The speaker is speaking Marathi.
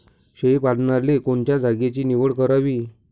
शेळी पालनाले कोनच्या जागेची निवड करावी?